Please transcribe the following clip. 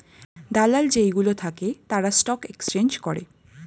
দালাল যেই গুলো থাকে তারা স্টক এক্সচেঞ্জ করে